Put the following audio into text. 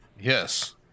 Yes